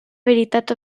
veritat